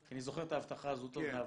אני זוכר את ההבטחה הזאת עוד מהוועדה.